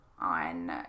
On